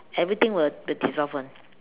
everything will will dissolve [one]